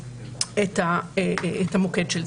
את המוקד.